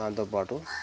దాంతోపాటు